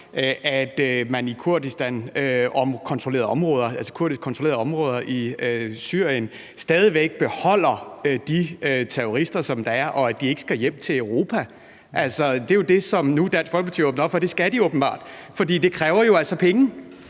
at man i Kurdistan og kurdisk kontrollerede områder i Syrien stadig væk beholder de terrorister, som er der, og at de ikke skal hjem til Europa. Altså, det er jo det, som Dansk Folkeparti nu åbner op for de åbenbart skal. Men det kræver jo altså penge.